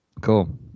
Cool